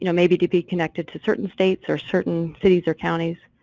you know maybe to be connected to certain states or certain cities or counties